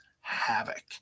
havoc